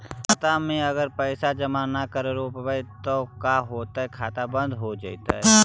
खाता मे अगर पैसा जमा न कर रोपबै त का होतै खाता बन्द हो जैतै?